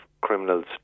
criminals